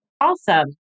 Awesome